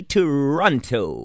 Toronto